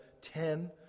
ten